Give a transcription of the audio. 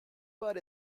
but